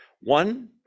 One